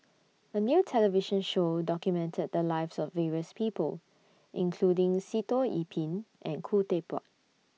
A New television Show documented The Lives of various People including Sitoh Yih Pin and Khoo Teck Puat